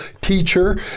teacher